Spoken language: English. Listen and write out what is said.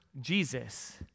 Jesus